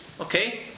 Okay